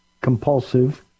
compulsive